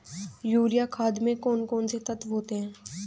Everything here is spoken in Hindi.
यूरिया खाद में कौन कौन से तत्व होते हैं?